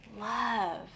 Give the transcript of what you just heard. love